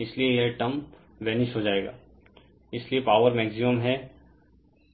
इसलिए यह term vanish हो जाएगा इसलिए पावर मैक्सिमम है